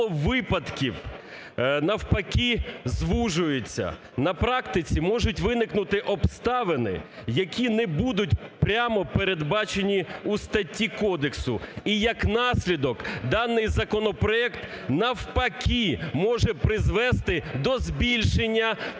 коло випадків, навпаки звужується, на практиці можуть виникнути обставини, які не будуть прямо передбачені у статті кодексу. І як наслідок даний законопроект навпаки може призвести до збільшення порушень